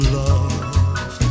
love